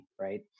right